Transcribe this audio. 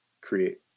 create